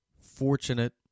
fortunate